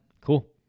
Cool